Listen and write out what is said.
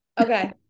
Okay